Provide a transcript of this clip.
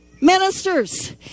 ministers